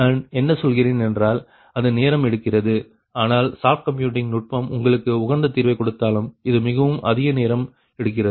நான் என்ன சொல்கிறேன் என்றால் இது நேரம் எடுக்கிறது ஆனால் சாஃப்ட் கம்ப்யூட்டிங் நுட்பம் உங்களுக்கு உகந்த தீர்வை கொடுத்தாலும் இது மிகவும் அதிக நேரம் எடுக்கிறது